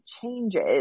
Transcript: changes